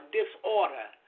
disorder